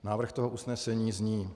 Návrh toho usnesení zní: